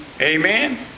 Amen